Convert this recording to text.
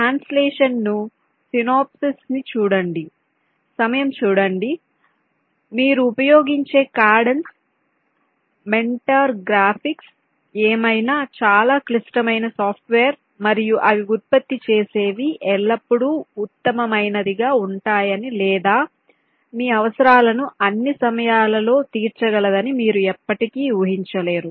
translation synopsis ని చూడండి సమయం చూడండి 0212 మీరు ఉపయోగించే కాడెన్స్ మెంటర్ గ్రాఫిక్స్ ఏమైనా చాలా క్లిష్టమైన సాఫ్ట్వేర్ మరియు అవి ఉత్పత్తి చేసేవి ఎల్లప్పుడూ ఉత్తమమైనది గా ఉంటాయని లేదా మీ అవసరాలను అన్ని సమయాలలో తీర్చగలదని మీరు ఎప్పటికీ ఊహించలేరు